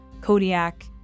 Kodiak